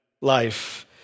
life